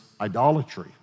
idolatry